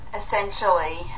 essentially